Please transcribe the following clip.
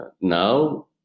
now